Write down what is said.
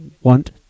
want